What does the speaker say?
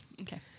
Okay